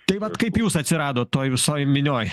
tai vat kaip jūs atsiradot toj visoj minioj